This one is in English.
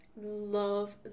Love